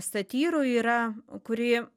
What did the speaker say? satyrų yra kuri